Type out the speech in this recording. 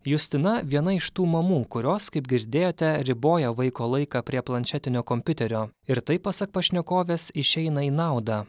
justina viena iš tų mamų kurios kaip girdėjote riboja vaiko laiką prie planšetinio kompiuterio ir tai pasak pašnekovės išeina į naudą